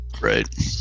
Right